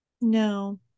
No